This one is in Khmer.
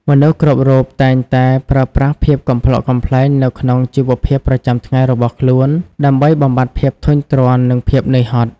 មនុស្សគ្រប់រូបតែងតែប្រើប្រាស់ភាពកំប្លុកកំប្លែងនៅក្នុងជីវភាពប្រចាំថ្ងៃរបស់ខ្លួន ដើម្បីបំបាត់ភាពធុញទ្រាន់និងភាពនឿយហត់។